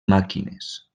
màquines